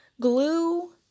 glue